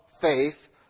faith